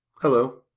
hello,